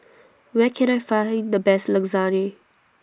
Where Can I Find The Best Lasagne